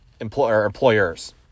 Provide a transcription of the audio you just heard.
employers